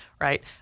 right